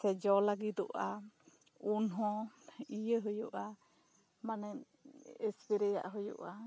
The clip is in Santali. ᱥᱮ ᱡᱚ ᱞᱟᱹᱜᱤᱫᱚᱜᱼᱟ ᱩᱱ ᱦᱚᱸ ᱤᱭᱟᱹ ᱦᱩᱭᱩᱜᱼᱟ ᱢᱟᱱᱮ ᱮᱥᱯᱨᱮᱭᱟᱜ ᱦᱩᱭᱩᱜᱼᱟ